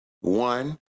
One